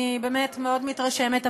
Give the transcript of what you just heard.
אני באמת מאוד מתרשמת,